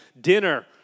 dinner